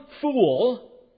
fool